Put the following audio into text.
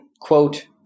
quote